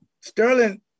Sterling